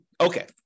Okay